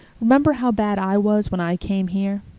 remember how bad i was when i came here.